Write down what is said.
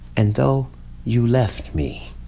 and though you left me,